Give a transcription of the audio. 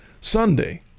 Sunday